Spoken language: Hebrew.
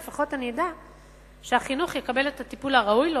לפחות אני אדע שהחינוך יקבל את הטיפול הראוי לו,